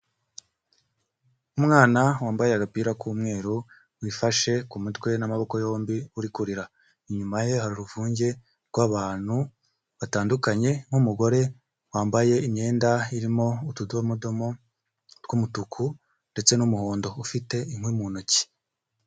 Umwana wambaye agapira k'umweru, wifashe ku mutwe n'amaboko yombi uri kurira, inyuma ye hari urufunge rw'abantu batandukanye, n'umugore wambaye imyenda irimo utudomodomo tw'umutuku ndetse n'umuhondo, ufite inkwi mu ntoki.